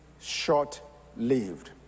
short-lived